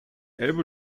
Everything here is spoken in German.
elbe